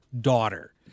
daughter